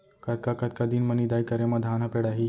कतका कतका दिन म निदाई करे म धान ह पेड़ाही?